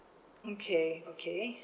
okay okay